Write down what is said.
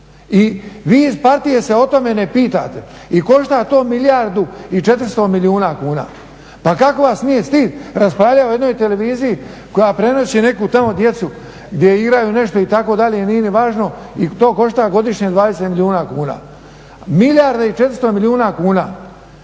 I vi iz partije se o tome ne pitate i košta to milijardu i 400 milijuna kuna. Pa kako vas nije stid raspravljati o jednoj televiziji koja prenosi neku tamo djecu gdje igraju nešto itd., nije ni važno i to košta godišnje 20 milijuna kuna, milijarda i 400 milijuna kuna